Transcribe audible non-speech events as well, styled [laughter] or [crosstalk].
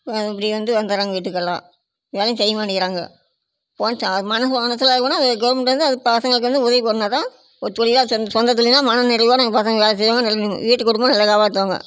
இப்படி வந்து வந்துர்றாங்க வீட்டுக்கெல்லாம் வேலையும் செய்ய மாட்டேங்கிறாங்க ஒளச்ச மனசு ஒளச்சலா இருக்குதுன்னா கவுர்மெண்ட் வந்து அது பசங்களுக்கு வந்து உதவி பண்ணால் தான் ஒரு தொழிலா சொ சொந்தத் தொழில்னா மன நிறைவாக எங்கள் பசங்க வேலை செய்வாங்க [unintelligible] வீட்டுக்கு வரும் போது நல்லா [unintelligible]